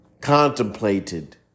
contemplated